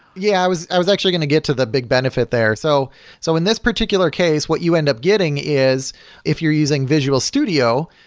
yeah, i was i was actually going to get to the big benefit there. so so in this particular case, what you end up getting is if you're using visual studio,